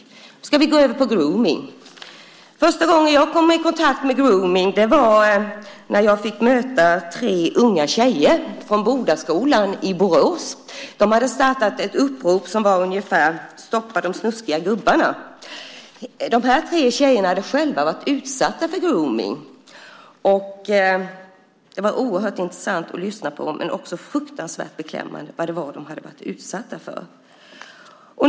För att nu gå över på grooming var första gången jag kom i kontakt med grooming när jag fick möta tre unga tjejer från Bodaskolan i Borås. De hade startat ett upprop "Stoppa de snuskiga gubbarna". De här tre tjejerna hade själva varit utsatta för grooming . Det var oerhört intressant att lyssna på dem men också fruktansvärt beklämmande att höra vad de hade varit utsatta för.